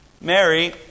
Mary